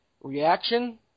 reaction